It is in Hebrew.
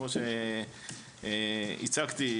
כמו שהצגתי,